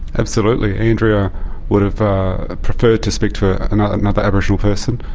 absolutely. andrea would have preferred to speak to ah and another aboriginal person.